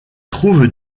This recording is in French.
trouve